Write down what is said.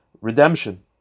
redemption